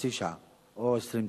חצי שעה או 20 דקות.